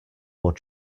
more